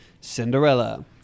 Cinderella